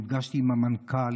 נפגשתי עם המנכ"ל,